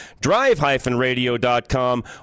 drive-radio.com